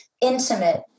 intimate